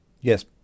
Yes